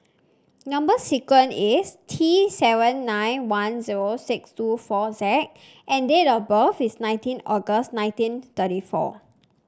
number sequence is T seven nine one zero six two four Z and date of birth is nineteen August nineteen thirty four